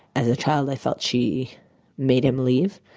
as a child, i felt she made him leave.